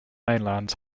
mainland